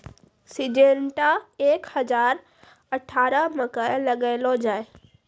Syngenta एक हजार अठारह मकई लगैलो जाय?